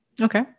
Okay